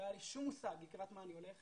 לא היה לי שום מושג לקראת מה אני הולך.